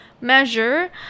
measure